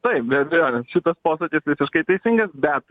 taip be abejonės šitas posakis visiškai teisingas bet